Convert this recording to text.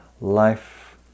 life